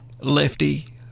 lefty